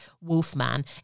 wolfman